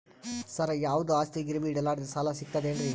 ಸರ, ಯಾವುದು ಆಸ್ತಿ ಗಿರವಿ ಇಡಲಾರದೆ ಸಾಲಾ ಸಿಗ್ತದೇನ್ರಿ?